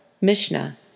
Mishnah